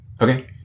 Okay